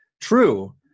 True